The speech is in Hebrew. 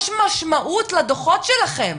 יש משמעות לדוחות שלכם.